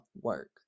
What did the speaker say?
work